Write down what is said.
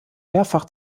mehrfach